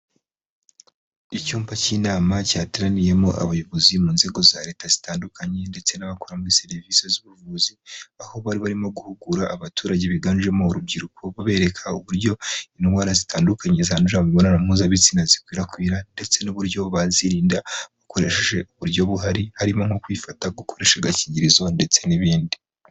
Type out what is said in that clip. Icyumba cy'inama cyateraniyemo abayobozi mu nzego za leta zitandukanye, ndetse n'abakora muri serivisi z'ubuvuzi aho bari barimo guhugura abaturage biganjemo urubyiruko, babereka uburyo indwara zitandukanye zandurira mu imibonano mpuzabitsina zikwirakwira , ndetse n'uburyo bazirinda bakoresheje uburyo buhari, harimo nko kwifata, gukoresha agakingirizo ndetse n'ibindi.